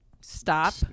stop